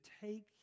take